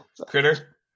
Critter